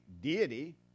deity